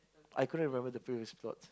I couldn't remember the previous plots